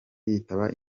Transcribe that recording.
yitaba